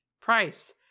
price